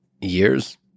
years